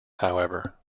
however